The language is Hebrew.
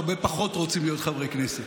כבר הרבה פחות רוצים להיות חברי כנסת.